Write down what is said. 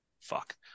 fuck